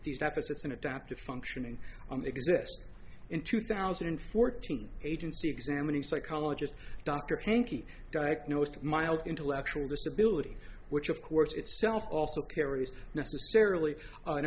these deficits in adaptive functioning on exists in two thousand and fourteen agency examining psychologist dr hankie diagnosed mild intellectual disability which of course itself also carries necessarily an